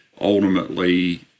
ultimately